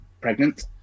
pregnant